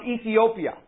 Ethiopia